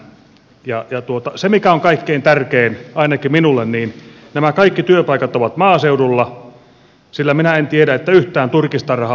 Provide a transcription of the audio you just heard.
ja se mikä on kaikkein tärkein ainakin minulle on se että nämä kaikki työpaikat ovat maaseudulla sillä minä en tiedä että yhtään turkistarhaa olisi kaupungissa